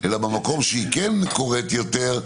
אלא במקום שהיא קורית יותר,